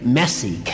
messy